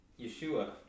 Yeshua